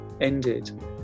ended